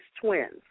twins